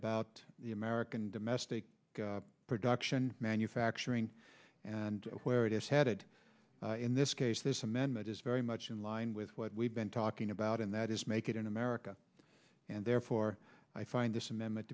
about the american domestic production manufacturing and where it is headed in this case this amendment is very much in line with what we've been talking about and that is make it in america and therefore i find this amendment